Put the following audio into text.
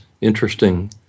Interesting